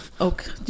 Okay